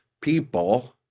people